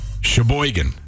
Sheboygan